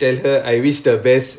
ya waste right